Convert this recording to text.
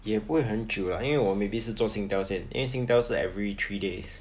也不会很久 lah 因为我 maybe 是做 Singtel 先因为 Singtel 是 every three days